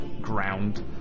ground